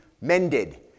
mended